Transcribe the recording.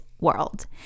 world